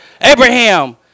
Abraham